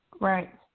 Right